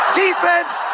defense